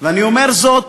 ואני אומר זאת